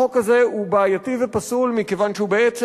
החוק הזה הוא בעייתי ופסול מכיוון שהוא בעצם